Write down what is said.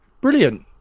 brilliant